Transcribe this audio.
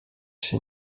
się